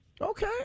Okay